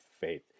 faith